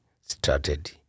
started